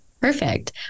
Perfect